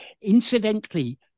Incidentally